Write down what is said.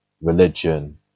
religion